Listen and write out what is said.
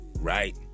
right